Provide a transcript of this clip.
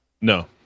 No